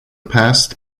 past